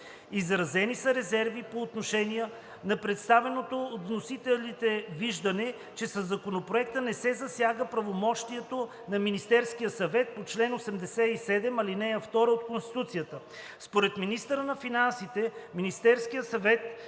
Изразени са резерви по отношение на представеното от вносителите виждане, че със Законопроекта не се засяга правомощието на Министерския съвет по чл. 87, ал. 2 от Конституцията. Според министъра на финансите Министерският съвет